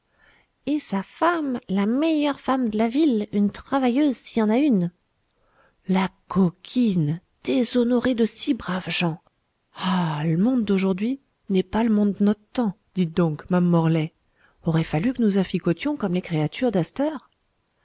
et sa femme la meilleure femme d'la ville une travailleuse s'i y en a une la coquine déshonorer de si braves gens ah l'monde d'aujourd'hui n'est pas l'monde d'not'temps dites donc ma'ame morlaix aurait fallu qu'nous afficotions comme les créatures